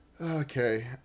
Okay